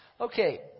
Okay